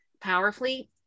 powerfully